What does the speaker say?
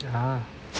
(uh huh)